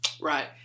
Right